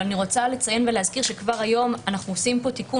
אך אני מבקשת להזכיר שכבר היום אנו עושים פה תיקון